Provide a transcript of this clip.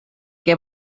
què